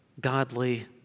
godly